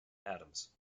atoms